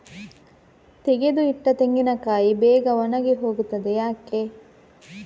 ತೆಗೆದು ಇಟ್ಟ ತೆಂಗಿನಕಾಯಿ ಬೇಗ ಒಣಗಿ ಹೋಗುತ್ತದೆ ಯಾಕೆ?